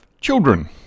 children